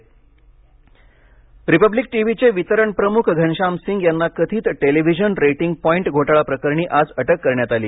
Republic TV Republic टीवीचे वितरण प्रमुख घनश्याम सिंग यांना कथित टेलिविजन रेटिंग पॉईट घोटाळा प्रकरणी आज अटक कऱण्यात आली